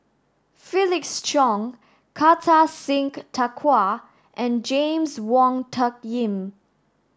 Felix Cheong Kartar Singh Thakral and James Wong Tuck Yim